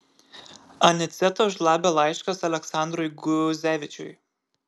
aniceto žlabio laiškas aleksandrui guzevičiui